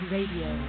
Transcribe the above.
Radio